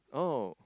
oh